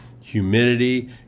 humidity